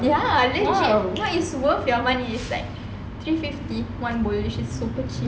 ya then she like it's worth your money like three fifty one bowl it's super cheap